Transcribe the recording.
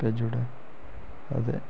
भेजुड़ अदे